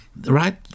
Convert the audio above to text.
right